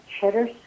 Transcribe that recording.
cheddar